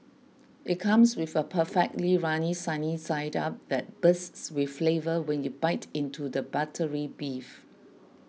it comes with a perfectly runny sunny side up that bursts with flavour when you bite into the buttery beef